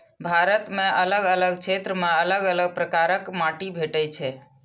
भारत मे अलग अलग क्षेत्र मे अलग अलग प्रकारक माटि भेटै छै